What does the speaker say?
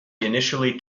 initially